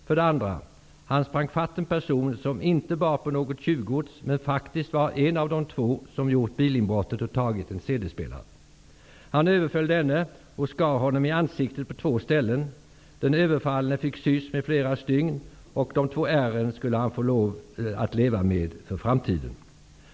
För det andra: Bilägaren sprang ifatt en person som inte bar på något tjuvgods, men som faktiskt var en av de två som gjort bilinbrottet och tagit en CD spelare. Han överföll denne och skar honom i ansiktet på två ställen. Den överfallne fick sys med flera stygn. Han skulle få lov att leva med de två ärren i framtiden.